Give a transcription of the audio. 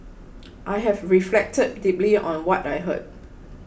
I have reflected deeply on what I heard